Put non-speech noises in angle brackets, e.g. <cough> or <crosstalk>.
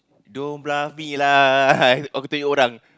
don't bluff me <laughs> lah I aku tengok orang